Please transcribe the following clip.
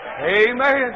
Amen